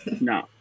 No